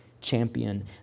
champion